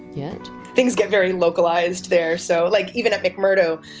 yet things get very localized there. so like even at mcmurdo,